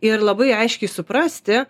ir labai aiškiai suprasti